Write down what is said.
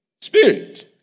spirit